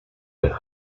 the